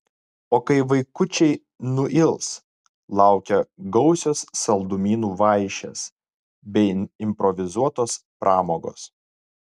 o kai vaikučiai nuils laukia gausios saldumynų vaišės bei improvizuotos pramogos